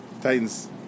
Titans